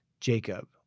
Jacob